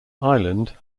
island